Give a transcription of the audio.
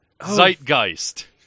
Zeitgeist